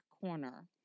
Corner